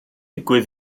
digwydd